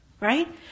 Right